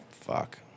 Fuck